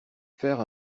faire